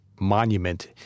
monument